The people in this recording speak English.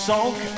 Sulk